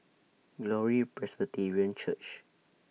Glory Presbyterian Church